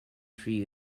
tree